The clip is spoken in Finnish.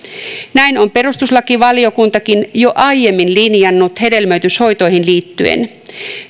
näin on perustuslakivaliokuntakin jo aiemmin linjannut hedelmöityshoitoihin liittyen